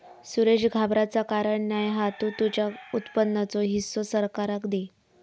सुरेश घाबराचा कारण नाय हा तु तुझ्या उत्पन्नाचो हिस्सो सरकाराक दे